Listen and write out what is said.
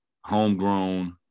Homegrown